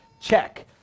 check